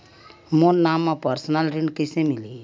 मोर नाम म परसनल ऋण कइसे मिलही?